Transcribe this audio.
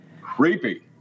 creepy